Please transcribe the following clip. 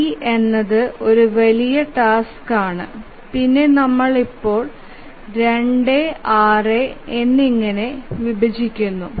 D എന്നത് ഒരു വലിയ ടാസ്ക് ആണ് പിന്നെ നമ്മൾ ഇപ്പോൾ 2 6 എന്നിങ്ങനെ വിഭജിക്കുന്നു